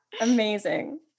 amazing